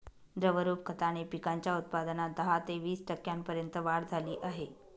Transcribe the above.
द्रवरूप खताने पिकांच्या उत्पादनात दहा ते वीस टक्क्यांपर्यंत वाढ झाली आहे